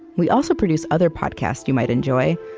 we also produce other podcasts you might enjoy,